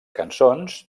cançons